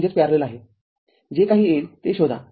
जे काही येईल ते शोधा